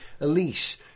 Elise